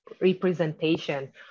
representation